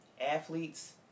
athletes